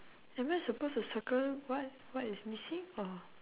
am I suppose to circle what what is missing or